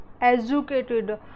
educated